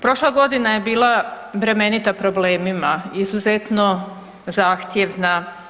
Prošla godina je bila bremenita problemima, izuzetno zahtjevna.